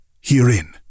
Herein